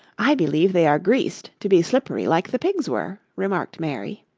i believe they are greased to be slippery like the pigs were, remarked mary.